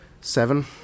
Seven